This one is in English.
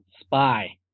spy